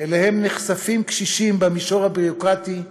שאליהן נחשפים הקשישים במישור הביורוקרטי,